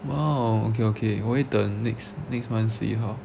!wow! okay okay 我会等 next next month 十一号